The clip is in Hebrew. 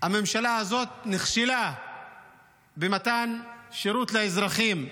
הממשלה הזאת נכשלה במתן שירות לאזרחים,